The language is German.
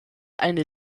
eine